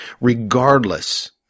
regardless